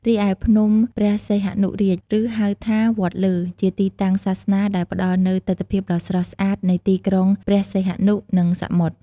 រីឯភ្នំព្រះសីហនុរាជ ឬហៅថា វត្តលើ ជាទីតាំងសាសនាដែលផ្តល់នូវទិដ្ឋភាពដ៏ស្រស់ស្អាតនៃទីក្រុងព្រះសីហនុ និងសមុទ្រ។